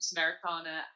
Americana